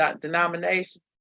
denomination